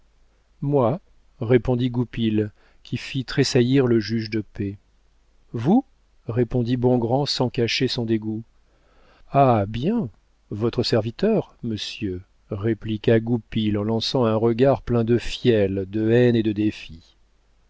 moi répondit goupil qui fit tressaillir le juge de paix vous répondit bongrand sans cacher son dégoût ah bien votre serviteur monsieur répliqua goupil en lançant un regard plein de fiel de haine et de défi